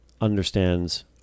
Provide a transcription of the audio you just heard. understands